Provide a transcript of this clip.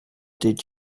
did